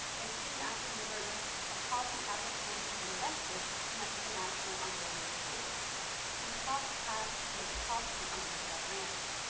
and soon after the murder, a posse apprehended and arrested mexican national antonio rodriguez who crossed paths with posse on a nearby ranch.